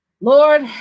lord